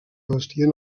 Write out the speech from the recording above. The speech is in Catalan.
vestien